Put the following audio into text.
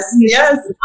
yes